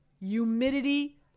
humidity